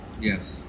Yes